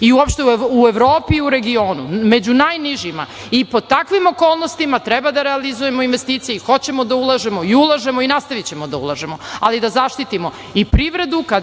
i uopšte u Evropi i regionu, među najnižima. I pod takvim okolnostima treba da realizujemo investicije i hoćemo da ulažemo i ulažemo i nastavićemo da ulažemo, ali da zaštitimo i privredu kada